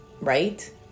right